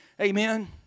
Amen